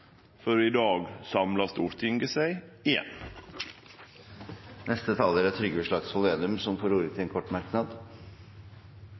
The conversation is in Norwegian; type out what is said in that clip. i dag samla Stortinget seg igjen. Representanten Trygve Slagsvold Vedum har hatt ordet to ganger tidligere og får ordet til